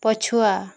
ପଛୁଆ